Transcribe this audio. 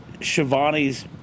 Shivani's